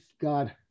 God